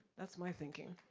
that's my thinking.